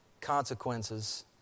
consequences